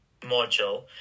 module